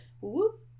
whoop